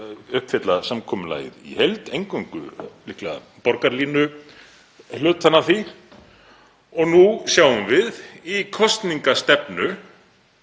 uppfylla samkomulagið í heild, eingöngu líklega borgarlínuhlutann af því. Og nú sjáum við í kosningastefnu,